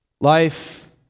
Life